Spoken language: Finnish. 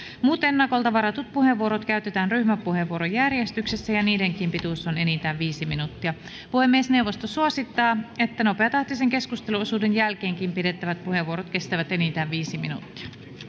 muut ennakolta varatut puheenvuorot käytetään ryhmäpuheenvuorojärjestyksessä ja niidenkin pituus on enintään viisi minuuttia puhemiesneuvosto suosittaa että nopeatahtisen keskusteluosuuden jälkeenkin pidettävät puheenvuorot kestävät enintään viisi minuuttia